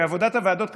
בעבודת הוועדות,